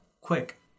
quick